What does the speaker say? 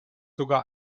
sogar